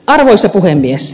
arvoisa puhemies